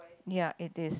ya it is